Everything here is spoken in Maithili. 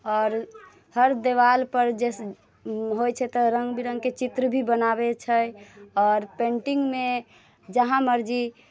आओर हर देवालपर जैसे होइत छै तऽ रङ्ग बिरङ्गके चित्र भी बनाबैत छै आओर पैन्टिंगमे जहाँ मर्जी